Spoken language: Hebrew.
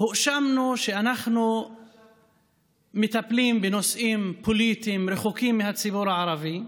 הואשמנו שאנחנו מטפלים בנושאים פוליטיים רחוקים מהציבור הערבי,